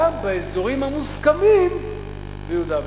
גם באזורים המוסכמים ביהודה ושומרון.